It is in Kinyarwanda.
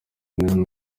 nanone